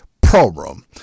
problem